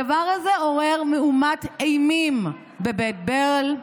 הדבר הזה עורר מהומת אימים בבית ברל.